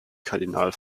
kardinal